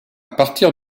partir